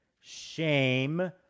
shame